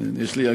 כן.